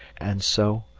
and so,